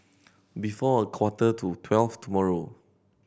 before a quarter to twelve tomorrow